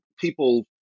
people